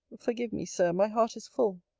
forgive me, sir my heart is full.